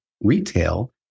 retail